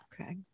Okay